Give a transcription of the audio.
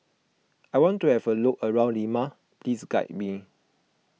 I want to have a look around Lima please guide me